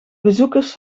bezoekers